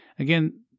Again